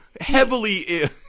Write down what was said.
heavily